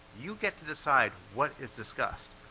you get to decide what is discussed,